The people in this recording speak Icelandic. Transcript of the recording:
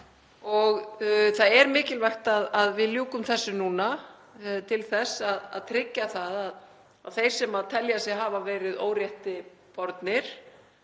Það er mikilvægt að við ljúkum þessu núna til þess að tryggja að þeir sem telja sig hafa verið órétti bornir